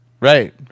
right